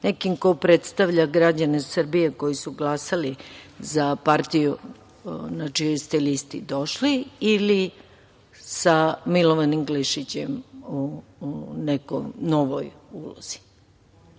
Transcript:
nekim ko predstavlja građane Srbije koji su glasali za partiju na čijoj ste listi došli ili sa Milovanom Glišićem u nekoj novoj ulozi.